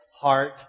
heart